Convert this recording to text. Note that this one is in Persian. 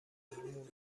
مونس